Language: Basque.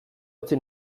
utzi